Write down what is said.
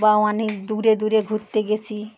বা অনেক দূরে দূরে ঘুরতে গেছি